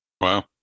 Wow